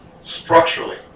structurally